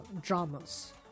dramas